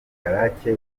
karake